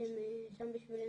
ושהם שם בשבילנו.